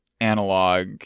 analog